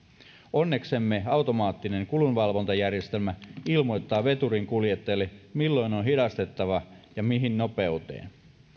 onneksemme automaattinen kulunvalvontajärjestelmä ilmoittaa veturinkuljettajalle milloin on hidastettava ja mihin nopeuteen